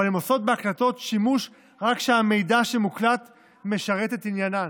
אבל הן עושות בהקלטות שימוש רק כשהמידע המוקלט משרת את עניינן.